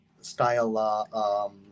style